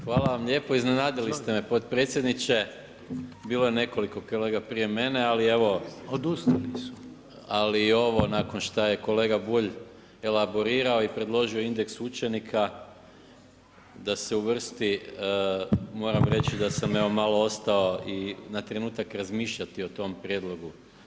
Hvala lijepo, iznenadili ste me potpredsjedniče, bilo je nekoliko kolega prije mene, ali evo i ovo nakon što je kolega Bulj elabolirao i predložio indeks učenika da se uvrsti moram reći da sam evo malo ostao i na trenutak razmišljati o tome prijedlogu.